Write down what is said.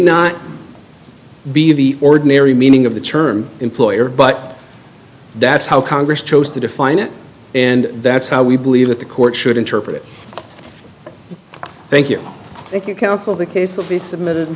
not be the ordinary meaning of the term employer but that's how congress chose to define it and that's how we believe that the court should interpret it thank you thank you counsel the case of the submitted